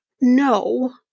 no